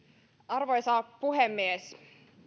arvoisa puhemies